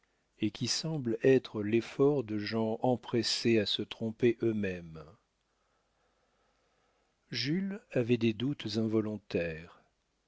et qui semblent être l'effort de gens empressés à se tromper eux-mêmes jules avait des doutes involontaires